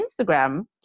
Instagram